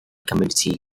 community